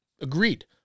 Agreed